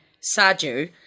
Saju